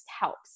helps